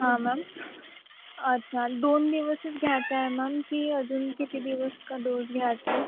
हां मॅम अच्छा दोन दिवसच घ्यायचं आहे मॅम की अजून किती दिवस का डोस घ्यायचा आहे